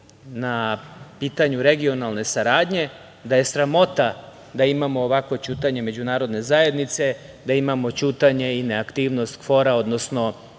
na pitanju regionalne saradnje da je sramota da imamo ovakvo ćutanje Međunarodne zajednice, da imamo ćutanje i na aktivnost KFOR-a, odnosno